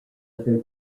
other